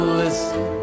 listen